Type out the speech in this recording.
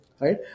Right